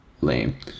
Lame